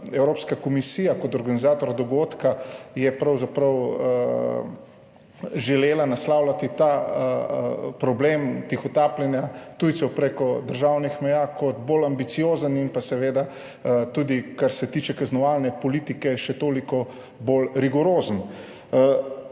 Evropska komisija kot organizator dogodka je pravzaprav želela naslavljati ta problem tihotapljenja tujcev preko državnih meja kot bolj ambiciozen in pa seveda tudi, kar se tiče kaznovalne politike, še toliko bolj rigorozen.